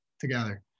together